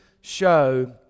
show